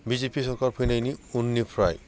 BJP सोरखार फैनायनि उननिफ्राय